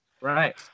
Right